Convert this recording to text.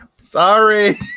Sorry